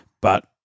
but-